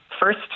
First